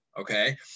Okay